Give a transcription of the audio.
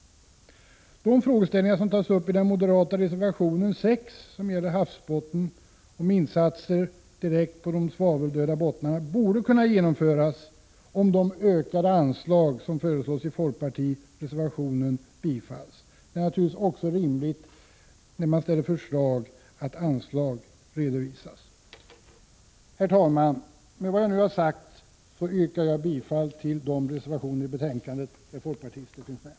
De frågeställningar som tas upp reservation 6 från moderata samlingspartiet om insatser direkt på de svaveldöda havsbottnarna borde kunna genomföras om förslaget i folkpartireservationen om anslag bifalls. När man framlägger förslag är det naturligtvis rimligt att anslag också föreslås. Herr talman! Med vad jag nu har sagt yrkar jag bifall till de reservationer i betänkandet som undertecknats av folkpartister.